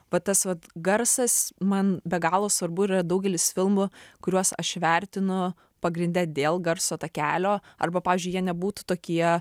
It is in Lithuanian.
va tas vat garsas man be galo svarbu ir yra daugelis filmų kuriuos aš vertinu pagrinde dėl garso takelio arba pavyzdžiui jie nebūtų tokie